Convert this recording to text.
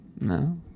No